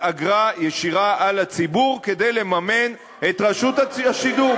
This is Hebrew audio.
אגרה ישירה על הציבור כדי לממן את רשות השידור,